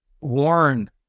warn